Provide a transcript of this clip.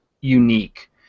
unique